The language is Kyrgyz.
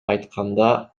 айтканда